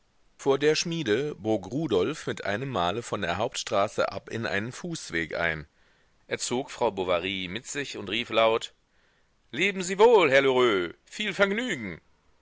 vor der schmiede bog rudolf mit einem male von der hauptstraße ab in einen fußweg ein er zog frau bovary mit sich und rief laut leben sie wohl herr lheureux viel vergnügen